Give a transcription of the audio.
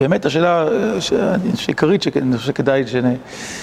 באמת השאלה העיקרית שאני חושב שכדאי